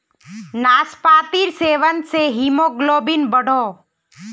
नास्पातिर सेवन से हीमोग्लोबिन बढ़ोह